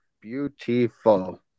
Beautiful